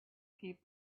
keep